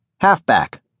Halfback